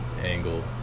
angle